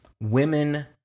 women